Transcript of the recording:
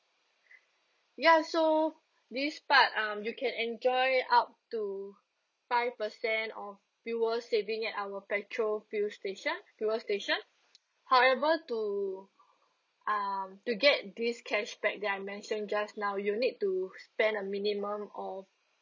ya so this part um you can enjoy up to five percent of fuel saving at our petrol fuel station fuel station however to um to get this cashback that I mention just now you need to spend a minimum of